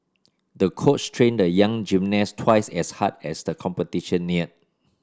the coach trained the young gymnast twice as hard as the competition neared